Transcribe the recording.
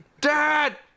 Dad